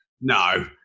no